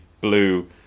blue